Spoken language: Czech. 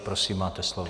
Prosím, máte slovo.